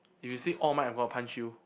if you say I'm gonna punch you